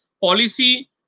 policy